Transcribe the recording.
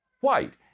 white